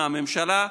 מהממשלה,